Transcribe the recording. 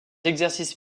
exercices